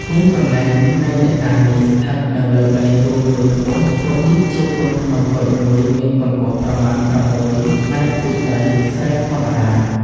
ទីកន្លែងនៃអ្នកតានេះ ស្ថិតនៅលើដីទួលមួយខ្ពស់ របៀបជាកូនភ្នំតូចមួយ មានកម្ពស់ប្រមាណ ៦.០០មពីដីស្រែធម្មតា